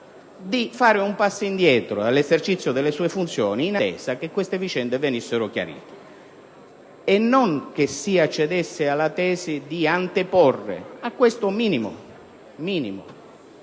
di fare un passo indietro dall'esercizio delle sue funzioni, in attesa che queste vicende venissero chiarite. Non era invece il caso di accedere alla tesi di anteporre a questo minimo codice